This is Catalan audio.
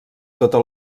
tota